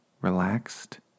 relaxed